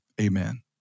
amen